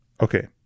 Okay